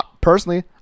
personally